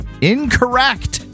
Incorrect